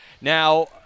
Now